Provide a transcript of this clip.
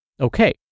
Okay